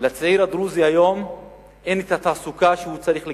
לצעיר הדרוזי היום אין את התעסוקה שהוא צריך לקבל,